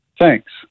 Thanks